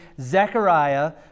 Zechariah